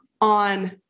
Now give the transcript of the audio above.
on